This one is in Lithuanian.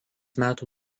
metų